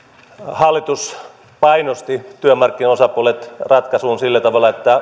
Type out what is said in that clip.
hallitus painosti työmarkkinaosapuolet ratkaisuun sillä tavalla että